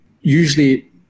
usually